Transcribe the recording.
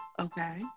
Okay